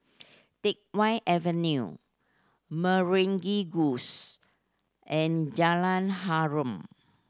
Teck Whye Avenue Meragi and Jalan Harum